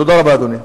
תודה רבה, אדוני.